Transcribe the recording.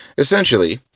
essentially,